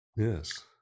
Yes